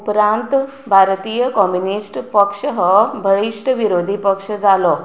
उपरांत भारतीय कॉम्युनिस्ट पक्ष हो बळिश्ट विरोधी पक्ष जालो